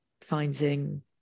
finding